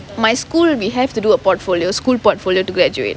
my school we have to do a portfolio school portfolio to graduate